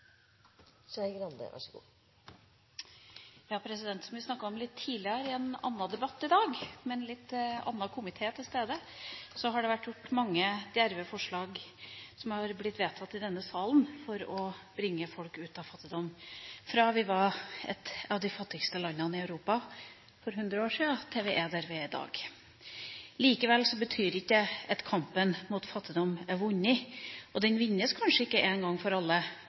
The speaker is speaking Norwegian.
Som vi snakket om litt tidligere i dag, i en annen debatt, med en litt annen komité til stede, har det kommet mange djerve forslag som har blitt vedtatt i denne salen for å bringe folk ut av fattigdom – fra vi var et av de fattigste landene i Europa for 100 år siden, til der vi er i dag. Likevel betyr det ikke at kampen mot fattigdom er vunnet. Den vinnes kanskje ikke én gang for alle,